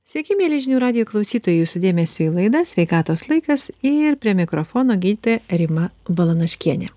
sveiki mieli žinių radijo klausytojai jūsų dėmesiui laida sveikatos laikas ir prie mikrofono gydytoja rima balanaškienė